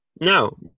No